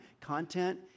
Content